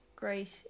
Great